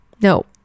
no